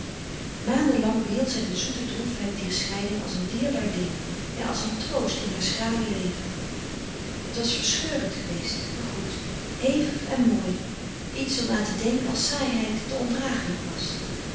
lang behield zij de zoete droefheid dier scheiding als een dierbaar ding ja als een troost in haar schrale leven het was verscheurend geweest maar goed hevig en mooi iets om aan te denken als saaiheid te ondragelijk was